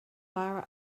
leabhar